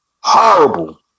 horrible